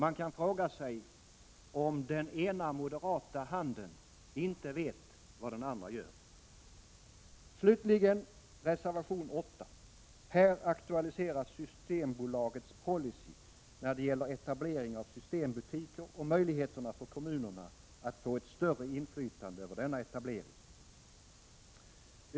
Man kan fråga sig om den ena moderata handen inte vet vad den andra gör. Slutligen reservation 8. Här aktualiseras Systembolagets policy när det gäller etablering av systembutiker och möjligheterna för kommunerna att få ett större inflytande över denna etablering.